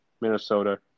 Minnesota